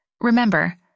Remember